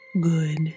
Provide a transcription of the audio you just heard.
good